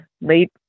late